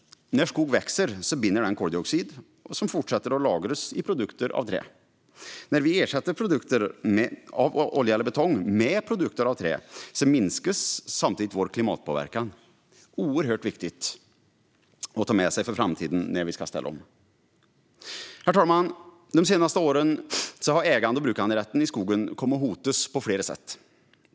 När skog växer binder den koldioxid som fortsätter att lagras i produkter av trä. När vi ersätter produkter av olja eller betong med produkter av trä minskas samtidigt vår klimatpåverkan. Detta är oerhört viktigt att ta med sig för framtiden när vi ska ställa om. Herr talman! De senaste åren har ägande och brukanderätten i skogen kommit att hotas på flera sätt.